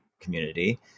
community